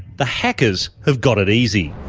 the hackers have got it easy.